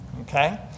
Okay